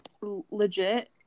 Legit